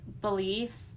beliefs